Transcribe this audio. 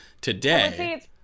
today